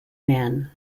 man